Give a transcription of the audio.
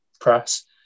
press